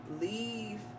leave